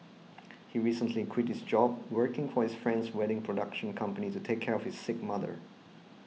he recently quit his job working for his friend's wedding production company to take care of his sick mother